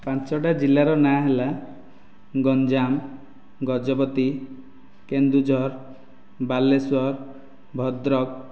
ପାଞ୍ଚଟା ଜିଲ୍ଲାର ନାଁ ହେଲା ଗଂଜାମ ଗଜପତି କେନ୍ଦୁଝର ବାଲେଶ୍ୱର ଭଦ୍ରକ